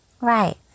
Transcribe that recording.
Right